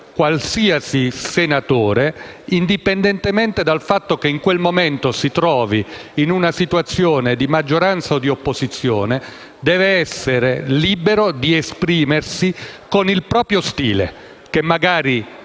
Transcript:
qualsiasi senatore, indipendentemente dal fatto che in quel momento si trovi in maggioranza o in opposizione, deve essere libero di esprimersi con il proprio stile, che magari